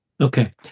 Okay